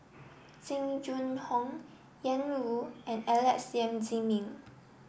Jing Jun Hong Ian Woo and Alex Yam Ziming